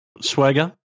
swagger